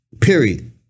Period